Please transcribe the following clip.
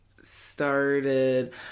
started